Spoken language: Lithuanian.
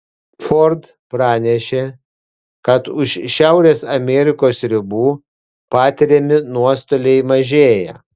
ford pranešė kad už šiaurės amerikos ribų patiriami nuostoliai mažėja